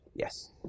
Yes